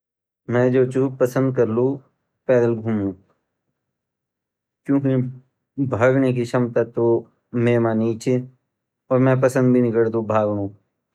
मैं जो ची पसंद करलु पैदल घुमण्ड क्युकी भागने छमता ता मैमा नी ची अर मैं पसंद भी नि करदु भागड़।